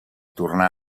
tornar